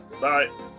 Bye